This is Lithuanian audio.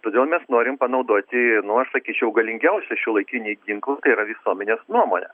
todėl mes norim panaudoti nors sakyčiau galingiausią šiuolaikinį ginklą tai yra visuomenės nuomonę